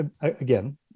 Again